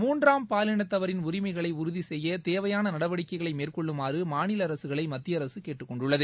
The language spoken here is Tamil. மூன்றாம் பாலினத்தவரின் உரிமைகளை உறுதி செய்ய தேவையான நடவடிக்கைகளை மேற்கொள்ளுமாறு மாநில அரசுகளை மத்திய அரசு கேட்டுக் கொண்டுள்ளது